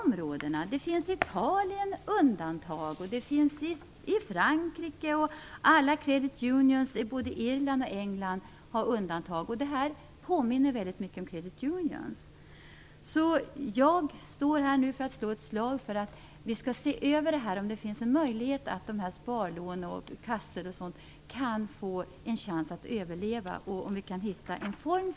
Man har gjort undantag i Italien, Frankrike, Irland och England. Det påminner mycket om credit unions. Jag vill nu slå ett slag för att vi även i Sverige skall försöka finna en form för att ge spar och låneföreningar samt kassor en chans att överleva.